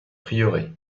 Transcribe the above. prieuré